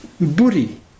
buddhi